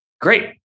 Great